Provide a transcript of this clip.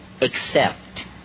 accept